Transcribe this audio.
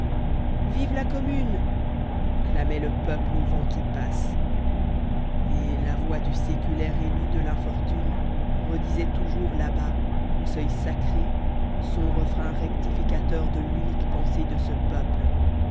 vive la commune clamait le peuple au vent qui passe et la voix du séculaire élu de l'infortune redisait toujours là-bas au seuil sacré son refrain rectificateur de l'unique pensée de ce peuple